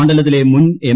മണ്ഡലത്തിലെ മുൻ എം